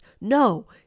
no